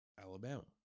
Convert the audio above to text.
Alabama